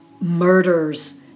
murders